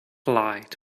light